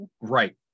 right